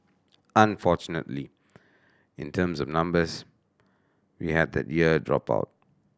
unfortunately in terms of numbers we had that year drop out